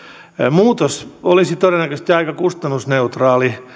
muutos olisi todennäköisesti aika kustannusneutraali